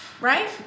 Right